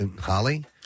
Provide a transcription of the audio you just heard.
holly